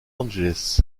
angeles